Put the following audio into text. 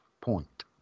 point